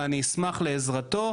ואני אשמח לעזרתו,